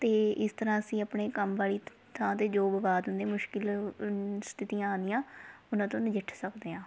ਅਤੇ ਇਸ ਤਰ੍ਹਾਂ ਅਸੀਂ ਆਪਣੇ ਕੰਮ ਵਾਲੀ ਥਾਂ 'ਤੇ ਜੋ ਵਿਵਾਦ ਨੇ ਮੁਸ਼ਕਿਲ ਸਥਿਤੀਆਂ ਆਉਂਦੀਆਂ ਉਹਨਾਂ ਤੋਂ ਨਜਿੱਠ ਸਕਦੇ ਹਾਂ